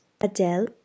Adele